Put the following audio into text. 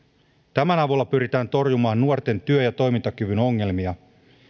tämän avulla pyritään torjumaan nuorten työ ja toimintakyvyn ongelmia